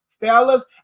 Fellas